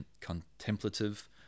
contemplative